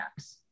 apps